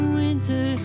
winter